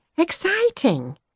exciting